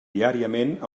diàriament